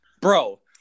Bro